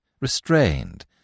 restrained